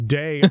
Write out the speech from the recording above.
day